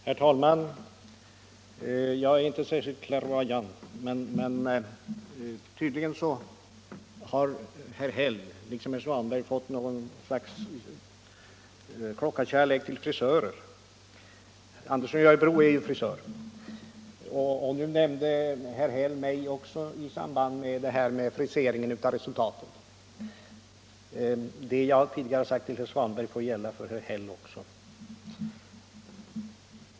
Herr talman! Jag är inte särskilt misstänksam men tydligen har herr Häll, liksom herr Svanberg, fått något slags klockarkärlek till frisörer. Herr Andersson i Örebro är ju frisör. Nu nämnde herr Häll också mig på tal om frisering av resultatet. Det jag tidigare sagt till herr Svanberg får gälla även för herr Häll.